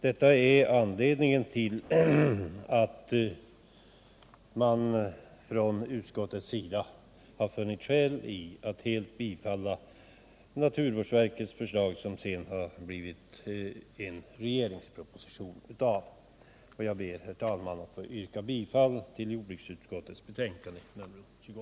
Detta är anledningen till att man från utskottets sida har funnit skäl att helt bifalla naturvårdsverkets förslag som har blivit en regeringsproposition. Jag ber, herr talman, att få yrka bifall till hemställan i jordbruksutskottets betänkande nr 28.